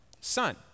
son